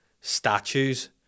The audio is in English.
statues